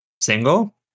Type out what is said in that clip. Single